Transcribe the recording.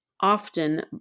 often